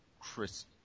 Chris